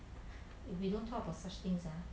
we don't talk about such things ah